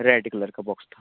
red colour का box था